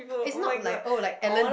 it's not like oh like Alan